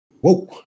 whoa